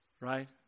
right